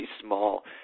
small